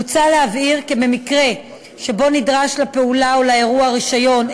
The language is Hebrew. מוצע להבהיר כי במקרה שנדרש לפעולה או לאירוע רישיון,